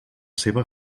seva